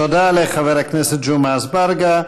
תודה לחבר הכנסת ג'מעה אזברגה.